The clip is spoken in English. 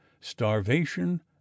starvation